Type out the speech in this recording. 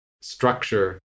structure